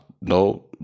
no